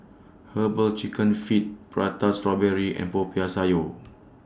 Herbal Chicken Feet Prata Strawberry and Popiah Sayur